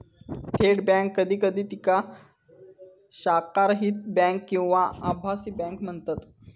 थेट बँक कधी कधी तिका शाखारहित बँक किंवा आभासी बँक म्हणतत